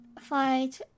fight